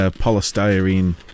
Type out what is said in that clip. polystyrene